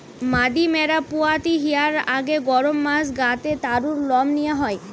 মাদি ম্যাড়া পুয়াতি হিয়ার আগে গরম মাস গা তে তারুর লম নিয়া হয়